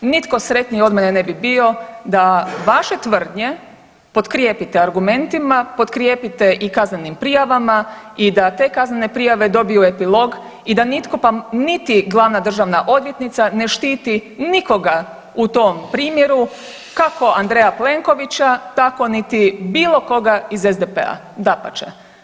Nitko sretniji od mene ne bi bio da vaše tvrdnje potkrijepite argumentima, potkrijepite i kaznenim prijavama i da te kaznene prijave dobiju epilog i da nitko pa niti glavna državna odvjetnica ne štiti nikoga u tom primjeru kako Andreja Plenkovića tako niti bilo koga iz SDP-a, dapače.